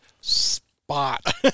spot